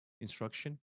instruction